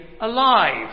alive